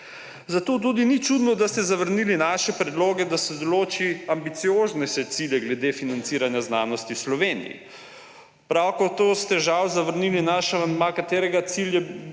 Zato tudi ni čudno, da ste zavrnili naše predloge, da se določi ambicioznejše cilje glede financiranja znanosti v Sloveniji. Prav tako ste žal zavrnili naš amandma, katerega cilj